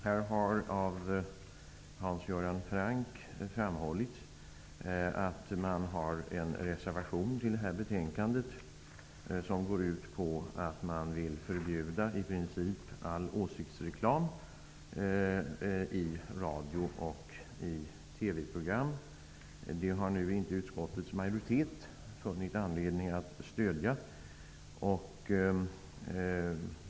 Här har av Hans Göran Franck framhållits att socialdemokraterna har en reservation till detta betänkande som går ut på att man vill förbjuda i princip all åsiktsreklam i radio och TV-program. Det har nu inte utskottets majoritet funnit anledning att stödja.